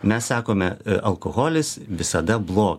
mes sakome alkoholis visada blogas